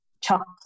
chocolate